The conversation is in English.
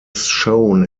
shown